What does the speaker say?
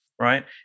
right